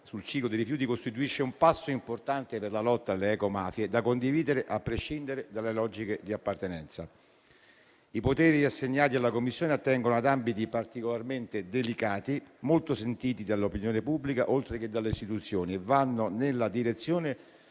sul ciclo dei rifiuti costituisce un passo importante per la lotta alle ecomafie, da condividere a prescindere dalle logiche di appartenenza. I poteri assegnati alla Commissione attengono ad ambiti particolarmente delicati, molto sentiti dall'opinione pubblica, oltre che dalle istituzioni, e vanno nella direzione